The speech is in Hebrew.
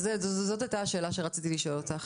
זאת הייתה השאלה שרציתי לשאול אותך.